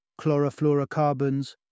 chlorofluorocarbons